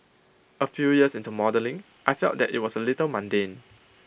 A few years into modelling I felt that IT was A little mundane